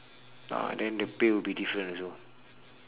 ah then the pay will be different also